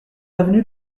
avenue